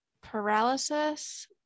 paralysis